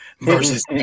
versus